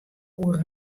oer